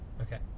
Okay